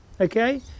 okay